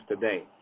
today